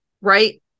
right